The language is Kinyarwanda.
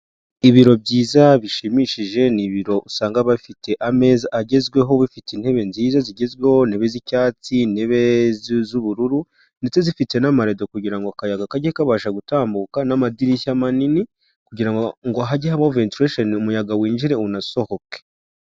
Ibiro byiza bishimishije ni ibiro usanga bafite ameza agezweho, bifite intebe nziza zigezweho, intebe z'icyatsi, intebe z'ubururu ndetse zifite n'amarado kugira ngo akayaga kajye kabasha gutambuka, n'amadirishya manini, kugira ngo hajye habaho ventirasheni umuyaga winjire unasohoke.